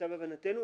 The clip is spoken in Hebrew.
למיטב הבנתנו,